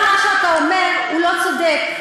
וגם מה שאתה אומר הוא לא צודק,